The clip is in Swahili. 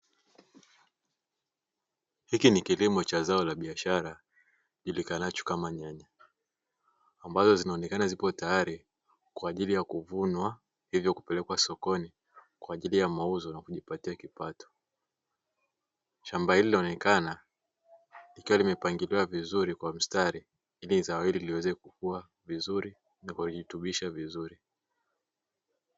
Hiki ni kilimo cha zao la biashara kijulikanacho kama nyanya ambayo zinaonekana zipo tayar kwaajili ya kuvunwa ili kupelekwa sokoni kwaajili ya kuuzwa na kujipatia kipato, shamba hili linaonekana likiwa limepangiliwa vizuri kwa mstari ili zao hili liweze kukua na kujirutubisha vizuri.